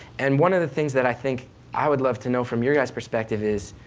and one of the things that i think i would love to know from your guys' perspective is,